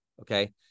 Okay